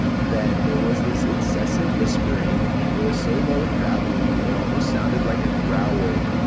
then there was this incessant whispering, it was so low and gravelly it almost sounded like a growl.